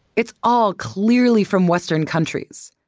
it's all clearly from western countries.